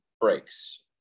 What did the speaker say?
breaks